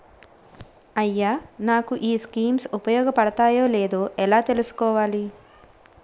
అయ్యా నాకు ఈ స్కీమ్స్ ఉపయోగ పడతయో లేదో ఎలా తులుసుకోవాలి?